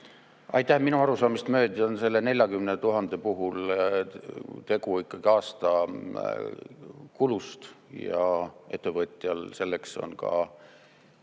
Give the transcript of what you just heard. Aitäh! Minu arusaamist mööda on selle 40 000 puhul tegu aasta kuluga ja ettevõtjal selleks on ka